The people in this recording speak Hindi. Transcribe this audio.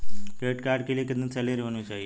क्रेडिट कार्ड के लिए कितनी सैलरी होनी चाहिए?